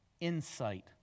insight